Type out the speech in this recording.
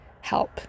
help